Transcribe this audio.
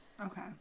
okay